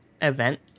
event